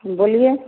बोलिए